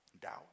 doubt